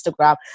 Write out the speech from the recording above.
Instagram